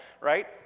right